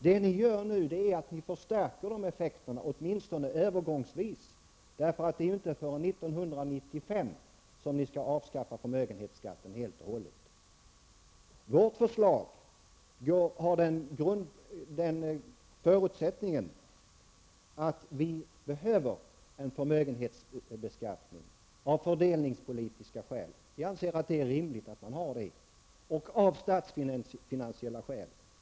Det ni gör nu är att förstärka de effekterna, åtminstone övergångsvis, för det är inte förrän 1995 som ni skall avskaffa förmögenhetsskatten helt och hållet. Vårt förslag förutsätter att vi behöver en förmögenhetsbeskattning av fördelningspolitiska och statsfinansiella skäl. Vi anser att det är rimligt att ha det.